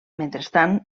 mentrestant